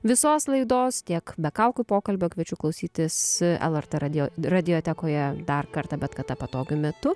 visos laidos tiek be kaukių pokalbio kviečiu klausytis lrt radio radiotekoje dar kartą bet kada patogiu metu